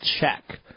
check